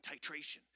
titration